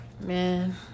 Man